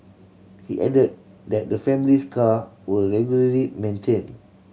he added that the family's car were regularly maintained